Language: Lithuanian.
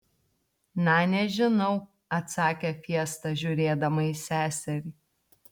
na nežinau atsakė fiesta žiūrėdama į seserį